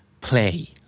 play